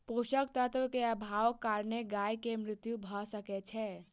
पोषक तत्व के अभावक कारणेँ गाय के मृत्यु भअ सकै छै